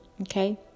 Okay